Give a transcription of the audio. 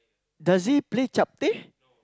does he play chapteh